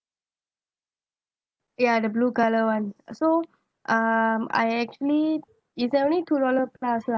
ya the blue colour [one] so um I actually it's only two dollar plus lah